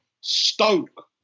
Stoke